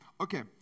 Okay